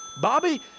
Bobby